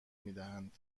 میدهند